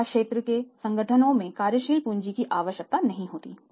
सेवा क्षेत्र के संगठनों में कार्यशील पूंजी की आवश्यकता नहीं होती है